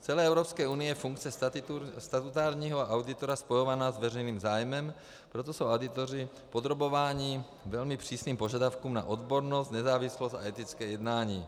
V celé Evropské unii je funkce statutárního auditora spojována s veřejným zájmem, proto jsou auditoři podrobováni velmi přísným požadavkům na odbornost, nezávislost a etické jednání.